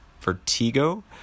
Vertigo